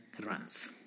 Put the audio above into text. runs